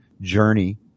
journey